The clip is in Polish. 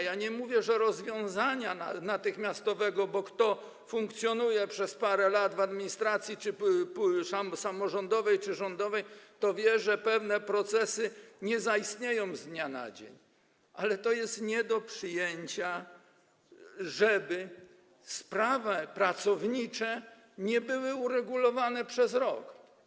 Ja nie mówię, że natychmiastowego rozwiązania, bo kto funkcjonuje przez parę lat w administracji samorządowej czy rządowej, ten wie, że pewne procesy nie zaistnieją z dnia na dzień, ale to jest nie do przyjęcia, żeby sprawy pracownicze nie były uregulowane przez rok.